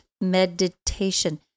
meditation